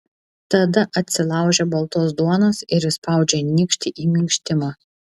tada atsilaužia baltos duonos ir įspaudžia nykštį į minkštimą